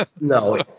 No